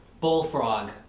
Bullfrog